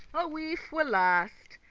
a wife will last,